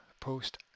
post